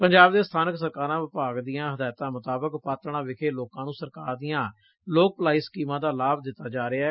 ਪੰਜਾਬ ਦੇ ਸਬਾਨਕ ਸਰਕਾਰਾਂ ਵਿਭਾਗ ਦੀਆਂ ਹਦਾਇਤਾਂ ਮੁਤਾਬਕ ਪਾਤਤਾਂ ਵਿਖੇ ਲੋਕਾਂ ਨੂੰ ਸਰਕਾਰ ਦੀਆਂ ਲੋਕ ਭਲਾਈ ਸਕੀਮਾਂ ਦਾ ਲਾਭ ਦਿੱਤਾ ਜਾ ਰਿਹੈ